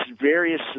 various